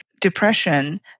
depression